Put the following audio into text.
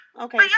Okay